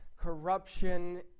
corruption